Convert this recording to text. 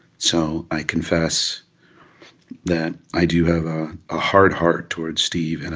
so i confess that i do have a ah hard heart towards steve. and